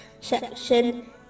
section